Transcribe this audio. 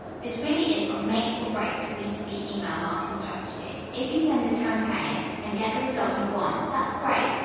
this really is what makes or breaks a b two b email marketing strategy. if you send a campaign, and get the result you want that's great!